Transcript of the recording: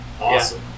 Awesome